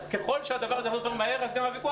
ככל שהדבר הזה יקרה יותר מהר כך גם הוויכוח